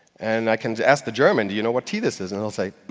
and i can ask the german, do you know what tea this is? and he'll say,